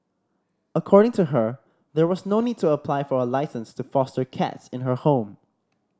according to her there was no need to apply for a licence to foster cats in her home